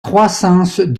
croissance